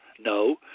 no